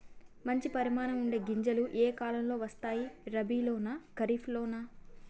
మంచి పరిమాణం ఉండే గింజలు ఏ కాలం లో వస్తాయి? రబీ లోనా? ఖరీఫ్ లోనా?